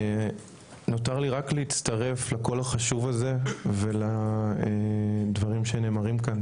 ונותר לי רק להצטרף לקול החשוב הזה ולדברים שנאמרים כאן.